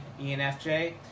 ENFJ